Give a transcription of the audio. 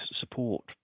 support